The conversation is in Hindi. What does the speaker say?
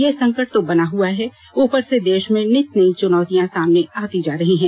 ये संकट तो बना हुआ है ऊपर से देष में नित नई चुनौतियां सामने आती जा रही है